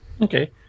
Okay